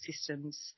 systems